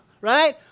right